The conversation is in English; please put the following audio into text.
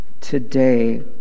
today